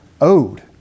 owed